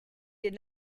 did